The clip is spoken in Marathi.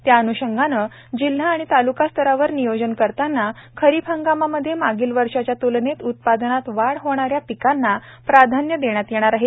त्या अन्षंगाने जिल्हा आणि तालुका स्तरावर नियोजन करताना खरिप हंगामामध्ये मागील वर्षाच्या तूलनेत उत्पादनात वाढ होणाऱ्या पिकांना प्राधान्य देण्यात येणार आहे